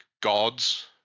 gods